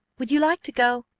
would you like to go?